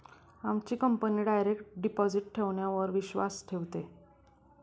आमची company direct deposit ठेवण्यावर विश्वास ठेवते